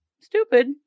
stupid